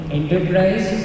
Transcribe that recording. enterprise